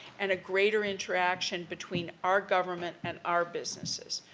and a greater interaction between our government and our businesses.